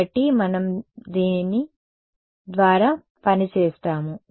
కాబట్టి మనం దీని ద్వారా పని చేస్తాము